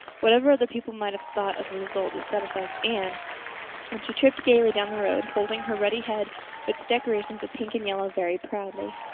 whatever other people might have thought of the result it satisfied anne, and she tripped gaily down the road, holding her ruddy head with its decoration of pink and yellow very proudly.